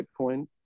Bitcoin